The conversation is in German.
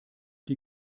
die